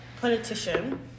politician